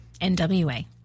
NWA